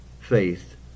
faith